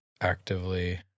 actively